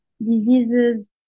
diseases